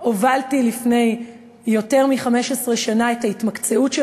הובלתי לפני יותר מ-15 שנה את ההתמקצעות של